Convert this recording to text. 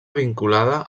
vinculada